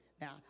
Now